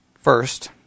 first